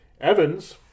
Evans